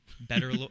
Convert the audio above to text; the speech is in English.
Better